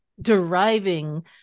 deriving